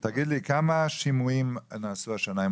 שימועים נעשו השנה לקבלנים?